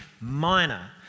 minor